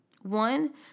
One